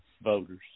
Voters